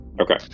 Okay